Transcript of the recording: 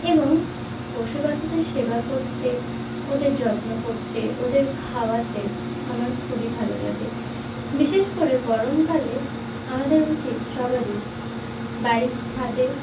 এবং পশুপাখিদের সেবা করতে ওদের যত্ন করতে ওদের খাওয়াতে আমার খুবই ভালো লাগে বিশেষ করে গরমকালে আমাদের উচিত সবারই বাড়ির ছাদে